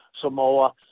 Samoa